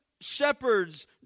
shepherds